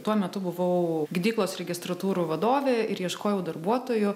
tuo metu buvau gydyklos registratūrų vadovė ir ieškojau darbuotojų